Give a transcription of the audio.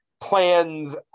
plans